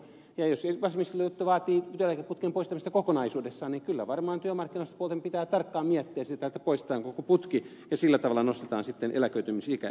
jos vasemmistoliitto vaatii työeläkeputken poistamista kokonaisuudessaan niin kyllä varmaan työmarkkinaosapuolten pitää tarkkaan miettiä sitä poistetaanko koko putki ja sillä tavalla nostetaan sitten eläköitymisikiä